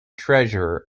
treasure